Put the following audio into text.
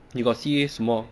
you got see 什么